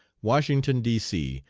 washington, d c,